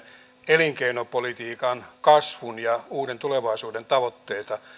elinkeinopolitiikan kasvun ja uuden tulevaisuuden tavoitteita